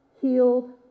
healed